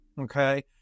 okay